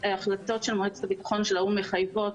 ההחלטות של מועצת הביטחון של האו"ם מחייבות